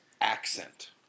accent